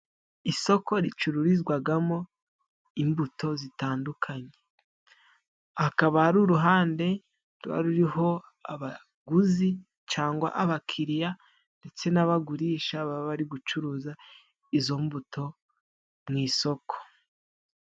Isoko ricururizwagamo imbuto zitandukanye, hakaba ari uruhande ruba ruriho abaguzi cyangwa abakiriya ndetse n'abagurisha baba bari gucuruza izo mbuto mu isoko.